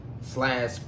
slash